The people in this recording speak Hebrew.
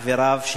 חבריו,